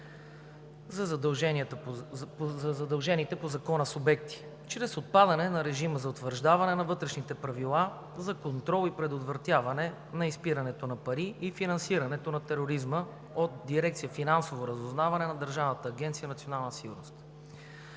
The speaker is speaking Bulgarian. за задължените по Закона субекти чрез отпадане на режима за утвърждаване на вътрешните правила, за контрол и предотвратяване на изпирането на пари и финансирането на тероризма от Дирекция „Финансово разузнаване“ на Държавната агенция